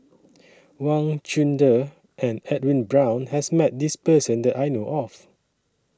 Wang Chunde and Edwin Brown has Met This Person that I know of